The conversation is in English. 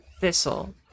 Thistle